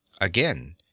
Again